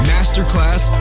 Masterclass